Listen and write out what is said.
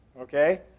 okay